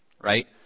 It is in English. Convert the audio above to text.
right